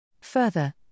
Further